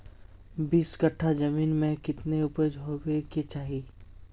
बीस कट्ठा जमीन में कितने उपज होबे के चाहिए?